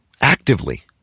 actively